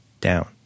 down